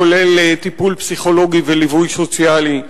כולל טיפול פסיכולוגי וליווי סוציאלי,